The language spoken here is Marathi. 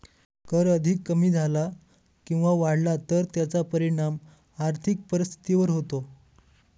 कर अधिक कमी झाला किंवा वाढला तर त्याचा परिणाम आर्थिक परिस्थितीवर होतो